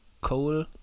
coal